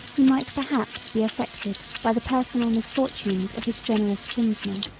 he might perhaps be affected by the personal misfortunes of his generous kinsmen.